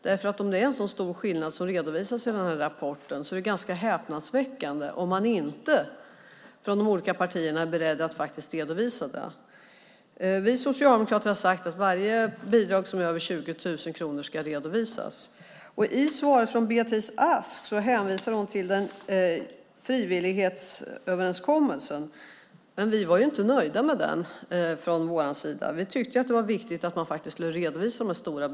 Om skillnaden är så stor som redovisas i nämnda rapport är det ganska häpnadsväckande om man från de olika partierna inte är beredd att redovisa det. Vi socialdemokrater har sagt att varje bidrag över 20 000 kronor ska redovisas. I svaret hänvisar Beatrice Ask till en frivillig överenskommelse. Men vi var inte nöjda med den. Vi tyckte att det var viktigt att de stora bidragen redovisades.